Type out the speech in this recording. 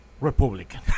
republican